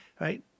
right